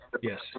Yes